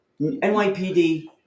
NYPD